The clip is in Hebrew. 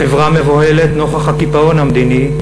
החברה מבוהלת נוכח הקיפאון המדיני,